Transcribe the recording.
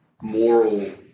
moral